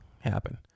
happen